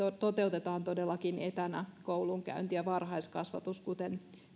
toteutetaan todellakin etänä koulunkäynti ja varhaiskasvatus kuten